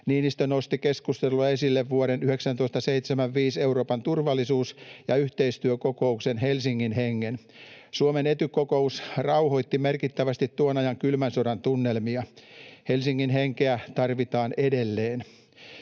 Niinistö nosti keskustelussa esille vuoden 1975 Euroopan turvallisuus- ja yhteistyökokouksen Helsingin hengen. Suomen Ety-kokous rauhoitti merkittävästi tuon ajan kylmän sodan tunnelmia. Helsingin henkeä tarvitaan edelleen.